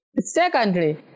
Secondly